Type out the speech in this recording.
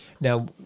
now